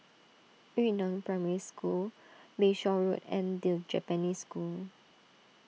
Yu Neng Primary School Bayshore Road and the Japanese School